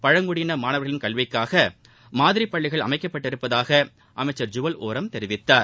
பழங்குடியின மாணவர்களின் கல்விக்காக மாதிரி பள்ளி அமைக்கப்பட்டுள்ளதாக அமைச்சர் ஜுவல் ஒரம் தெரிவித்தார்